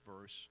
verse